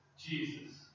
Jesus